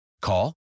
Call